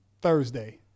Thursday